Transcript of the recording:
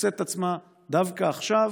מוצאת את עצמה דווקא עכשיו,